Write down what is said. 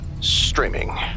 Streaming